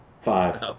Five